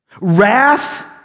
wrath